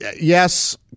Yes